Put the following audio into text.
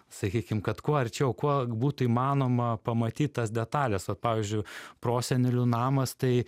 sakykim kad kuo arčiau kuo būtų įmanoma pamatyt tas detales vat pavyzdžiui prosenelių namas tai